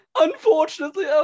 Unfortunately